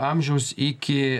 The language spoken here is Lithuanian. amžiaus iki